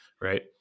right